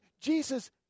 Jesus